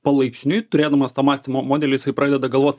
palaipsniui turėdamas tą mąstymo modelį jisai pradeda galvot